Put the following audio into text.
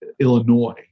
Illinois